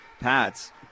pats